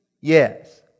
Yes